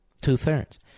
Two-thirds